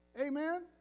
Amen